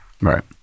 right